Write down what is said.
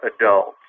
adults